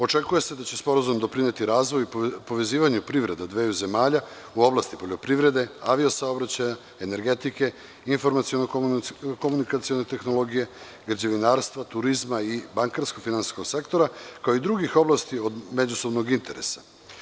Očekuje se da će Sporazum doprineti, razvoj, povezivanje privrede dveju zemalja u oblasti poljoprivrede, avio-saobraćaja, energetike, informaciono-komunikacione tehnologije, građevinarstva, turizma i bankarskog sektora, kao i drugih oblasti od međusobnog interesa.